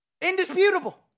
Indisputable